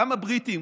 גם הבריטים,